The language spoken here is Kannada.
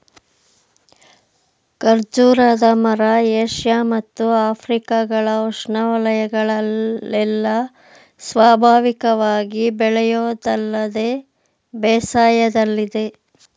ಖರ್ಜೂರದ ಮರ ಏಷ್ಯ ಮತ್ತು ಆಫ್ರಿಕಗಳ ಉಷ್ಣವಯಗಳಲ್ಲೆಲ್ಲ ಸ್ವಾಭಾವಿಕವಾಗಿ ಬೆಳೆಯೋದಲ್ಲದೆ ಬೇಸಾಯದಲ್ಲಿದೆ